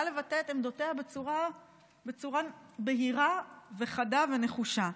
לבטא את עמדותיה בצורה בהירה וחדה ונחושה.